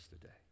today